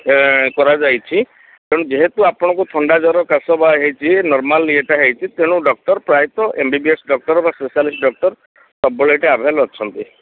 କରାଯାଇଛି ତେଣୁ ଯେହେତୁ ଆପଣଙ୍କୁ ଥଣ୍ଡା ଜ୍ଵର କାଶ ବା ହୋଇଛି ନର୍ମାଲ୍ ଇଏଟା ହୋଇଛି ତେଣୁ ଡକ୍ଟର୍ ପ୍ରାୟତଃ M B B S doctor ବା ସ୍ପେସାଲିଷ୍ଟ୍ ଡକ୍ଟର୍ ସବୁବେଳେ ଏଇଠି ଆଭେଲ୍ ଅଛନ୍ତି